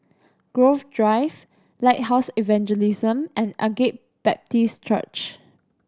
Grove Drive Lighthouse Evangelism and Agape Baptist Church